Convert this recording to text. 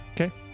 Okay